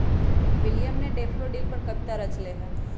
William ने daffodil पर कविता रच लय है